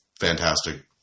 fantastic